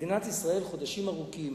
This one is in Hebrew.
מדינת ישראל, חודשים ארוכים